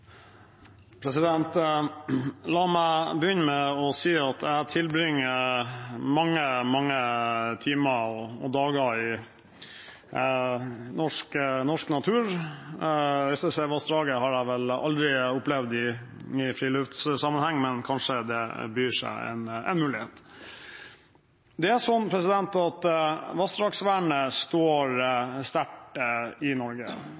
La meg begynne med å si at jeg tilbringer mange, mange timer og dager i norsk natur. Øystesevassdraget har jeg vel aldri opplevd i friluftssammenheng, men kanskje det byr seg en mulighet. Det er sånn at vassdragsvernet står sterkt i Norge.